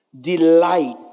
delight